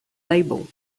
label